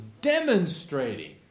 demonstrating